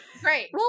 Great